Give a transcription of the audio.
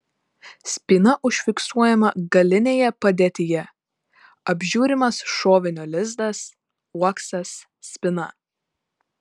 spyna užfiksuojama galinėje padėtyje apžiūrimas šovinio lizdas uoksas spyna